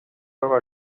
آقا